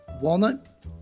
walnut